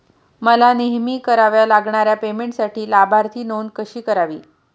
मला नेहमी कराव्या लागणाऱ्या पेमेंटसाठी लाभार्थी नोंद कशी करावी?